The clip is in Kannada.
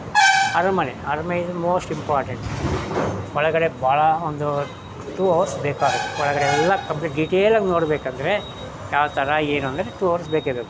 ಅರಮನೆ ಅರಮನೆ ಇಸ್ ಮೋಸ್ಟ್ ಇಂಪಾರ್ಟೆಂಟ್ ಒಳಗಡೆ ಭಾಳ ಒಂದು ಟು ಅವರ್ಸ್ ಬೇಕಾಗುತ್ತೆ ಒಳಗಡೆ ಎಲ್ಲ ಕಂಪ್ಲಿಟ್ ಡೀಟೇಲಾಗಿ ನೋಡಬೇಕಂದ್ರೆ ಯಾವ ಥರ ಏನು ಅಂದರೆ ಟು ಅವರ್ಸ್ ಬೇಕೇ ಬೇಕು